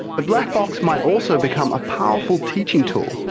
the black box might also become a powerful teaching tool.